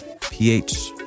pH